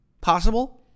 possible